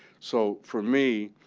so for me,